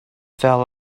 fell